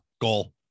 Goal